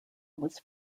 was